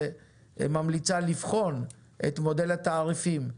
וממליצה לבחון את מודל התעריפים.